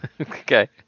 Okay